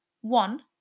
One